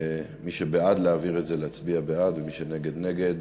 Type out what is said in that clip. מי שבעד להעביר את זה יצביע בעד, ומי שנגד, נגד.